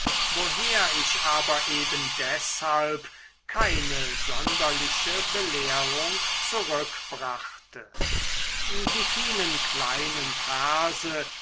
woher ich aber eben deshalb keine sonderliche belehrung zurückbrachte die vielen kleinen verse